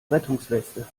rettungsweste